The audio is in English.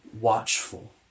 watchful